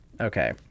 Okay